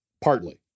partly